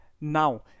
Now